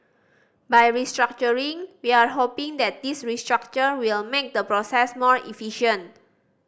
by restructuring we are hoping that this restructure will make the process more efficient